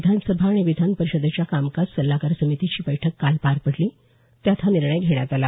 विधानसभा आणि विधान परिषदेच्या कामकाज सल्लागार समितीची बैठक काल पार पडली त्यात हा निर्णय घेण्यात आला